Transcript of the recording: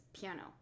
piano